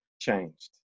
changed